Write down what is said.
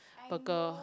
burger